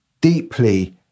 deeply